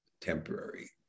temporary